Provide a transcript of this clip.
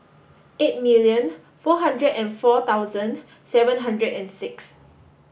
eight million four hundred and four thousand seven hundred and six